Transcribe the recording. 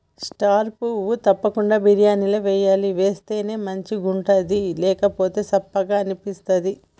star పువ్వు తప్పకుండ బిర్యానీల వేయాలి వేస్తేనే మంచిగుంటది లేకపోతె సప్పగ అనిపిస్తది